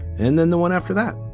and then the one after that.